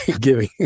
giving